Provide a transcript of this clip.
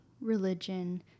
religion